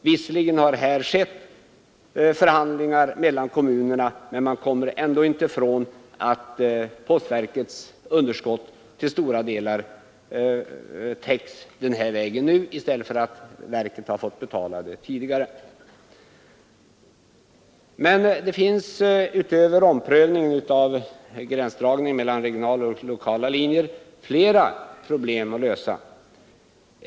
Visserligen har det förts förhandlingar mellan kommunerna, men man kommer ändå inte ifrån att postverkets underskott nu till stora delar täcks den här vägen i stället för att som tidigare ha betalats av verket självt. Utöver omprövningen av gränsdragningen mellan regionala och lokala linjer finns emellertid flera problem att lösa.